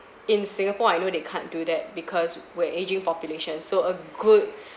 in singapore I know they can't do that because we're ageing population so a good